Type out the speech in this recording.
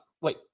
wait